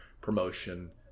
promotion